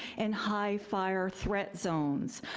and high fire threat zones.